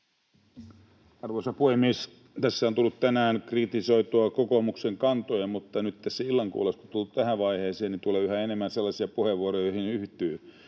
Arvoisa puhemies! Tässä on tullut tänään kritisoitua kokoomuksen kantoja, mutta nyt tässä illan kuluessa, kun on tultu tähän vaiheeseen, tulee yhä enemmän sellaisia puheenvuoroja, joihin yhtyy.